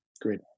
Great